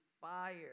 fire